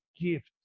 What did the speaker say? gift